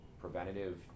preventative